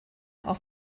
auf